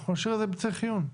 אנחנו נשאיר את זה ב-צריך עיון.